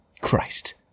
Christ